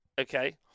okay